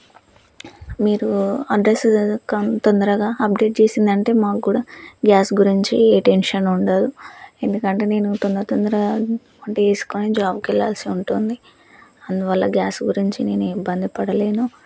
మీరు అడ్రస్ అదేదో కం తొందరగా అప్డేట్ చేసిందంటే మాక్కూడా గ్యాస్ గురించి ఏ టెన్షన్ ఉండదు ఎందుకంటే నేను తొందర్ తొందరగా వంట చేసుకోని జాబ్కెళ్ళాల్సి ఉంటుంది అందువల్ల గ్యాస్ గురించి నేనే ఇబ్బంది పడలేను